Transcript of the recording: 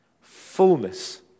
fullness